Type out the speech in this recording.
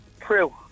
True